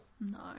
no